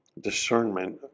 discernment